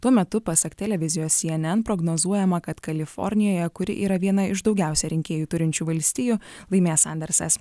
tuo metu pasak televizijos cnn prognozuojama kad kalifornijoje kuri yra viena iš daugiausia rinkėjų turinčių valstijų laimės sandersas